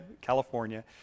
California